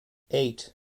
eight